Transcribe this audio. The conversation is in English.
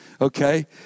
okay